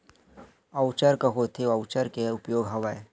Voucher का होथे voucher के का उपयोग हवय?